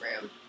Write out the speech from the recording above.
room